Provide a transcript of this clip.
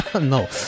No